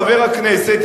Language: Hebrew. חבר הכנסת,